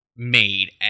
made